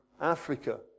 Africa